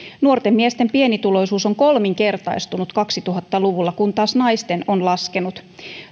nuorten miesten pienituloisuus on kolminkertaistunut kaksituhatta luvulla kun taas naisten on laskenut